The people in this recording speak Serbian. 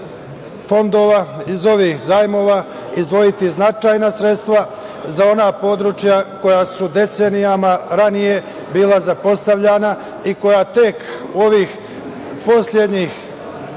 fondova, iz ovih zajmova izdvojiti značajna sredstva za ona područja koja su decenijama ranije bila zapostavljana i koja tek ovih poslednjih